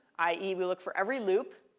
i e. we look for every loop.